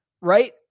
right